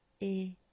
et